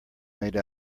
made